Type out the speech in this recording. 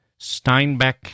Steinbeck